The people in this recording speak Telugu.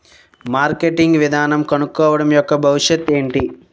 మార్కెటింగ్ విధానం కనుక్కోవడం యెక్క భవిష్యత్ ఏంటి?